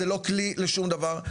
זה לא כלי לשום דבר,